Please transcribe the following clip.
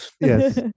Yes